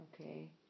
Okay